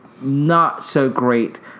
not-so-great